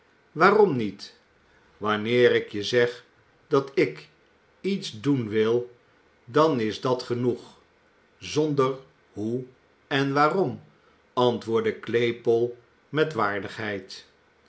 waarom niet wanneer ik je zeg dat ik iets doen wil dan is dat genoeg zonder hoe en waarom antwoordde claypole met waardigheid